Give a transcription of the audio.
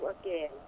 again